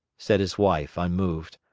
said his wife, unmoved.